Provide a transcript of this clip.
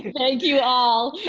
thank you all.